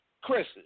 Chris